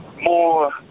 more